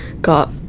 got